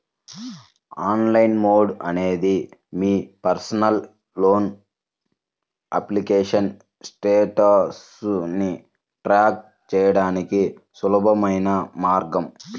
online mode అనేది మీ personal loan application స్టేటస్ను ట్రాక్ చేయడానికి సులభమైన మార్గం